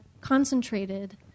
concentrated